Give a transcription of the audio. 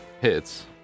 hits